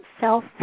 self